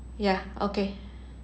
ya okay